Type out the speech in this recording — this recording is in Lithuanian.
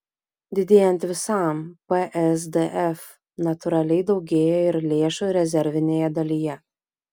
didėjant visam psdf natūraliai daugėja ir lėšų rezervinėje dalyje